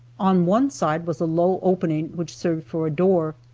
on one side was a low opening, which served for a door.